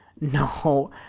No